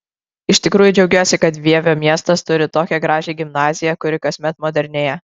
iš tikrųjų džiaugiuosi kad vievio miestas turi tokią gražią gimnaziją kuri kasmet modernėja